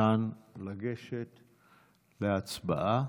ניתן לגשת להצבעה.